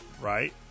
Right